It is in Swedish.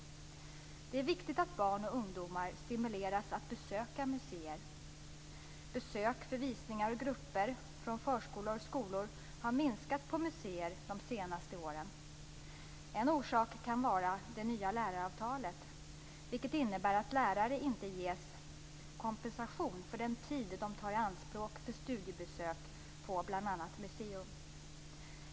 Det är viktigt att barn och ungdomar stimuleras att besöka museer. Besök för visningar av grupper från förskolor och skolor har minskat på museer de senaste åren. En orsak kan vara det nya läraravtalet, vilket innebär att lärare inte ges kompensation för den tid de tar i anspråk för studiebesök på bl.a. museum.